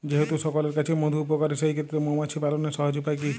যেহেতু সকলের কাছেই মধু উপকারী সেই ক্ষেত্রে মৌমাছি পালনের সহজ উপায় কি?